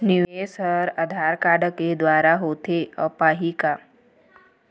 निवेश हर आधार कारड के द्वारा होथे पाही का?